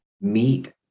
meet